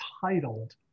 titled